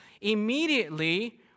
immediately